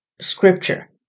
scripture